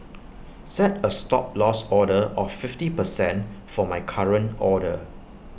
set A Stop Loss order of fifty percent for my current order